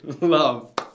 love